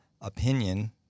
opinion